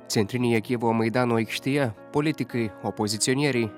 centrinėje kijevo maidano aikštėje politikai opozicionieriai